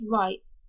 right